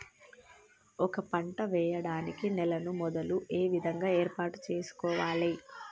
ఒక పంట వెయ్యడానికి నేలను మొదలు ఏ విధంగా ఏర్పాటు చేసుకోవాలి?